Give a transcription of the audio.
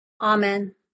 Amen